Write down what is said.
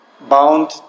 bound